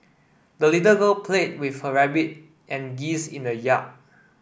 the little girl played with her rabbit and geese in the yard